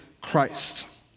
Christ